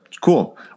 cool